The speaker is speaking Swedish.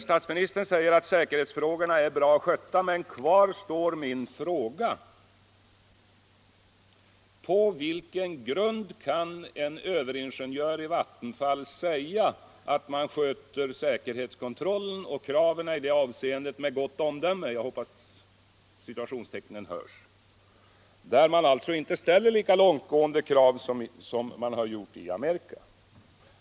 Statsministern säger att säkerhetsfrågorna är bra skötta, men kvar står min fråga: På vilken grund kan en överingenjör i Vattenfall säga att säkerhetskontrollen och kraven i det avseendet sköts med gott omdöme — jag hoppas citationstecknen hörs — när inte kraven är så långtgående som i Amerika?